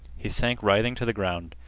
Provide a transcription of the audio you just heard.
he sank writhing to the ground.